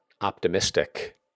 optimistic